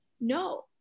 No